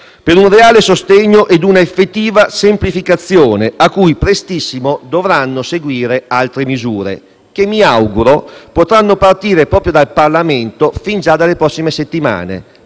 per un reale sostegno ed una effettiva semplificazione cui prestissimo dovranno seguire altre misure che, mi auguro, potranno partire proprio dal Parlamento già dalle prossime settimane